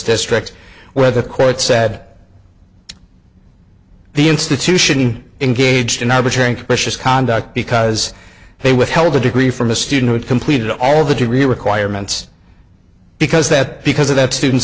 district where the court said the institution engaged in arbitrary capricious conduct because they withheld a degree from a student had completed all the degree requirements because that because of that student's